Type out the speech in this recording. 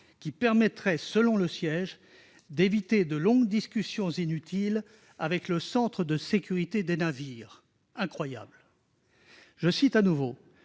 qui permettraient, selon le siège, d'éviter de longues discussions inutiles avec le centre de sécurité des navires. » Incroyable ! Je cite encore